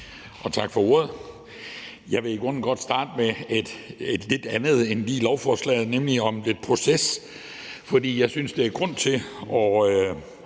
og tak for ordet. Jeg vil i grunden godt starte med noget lidt andet end lige lovforslaget, nemlig med lidt proces, for jeg synes, der er grund til at